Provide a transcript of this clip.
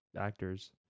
actors